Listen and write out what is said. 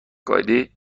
قائدی